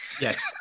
Yes